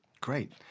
Great